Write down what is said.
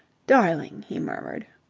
darling, he murmured,